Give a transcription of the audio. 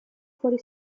fuori